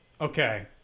Okay